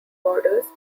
borders